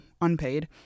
unpaid